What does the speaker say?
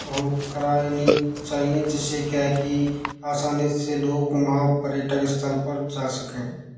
हो करानी चाहिए जिससे क्या है कि आसानी से लोग वहाँ पर्यटक स्थल पर जा सकें